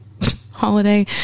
holiday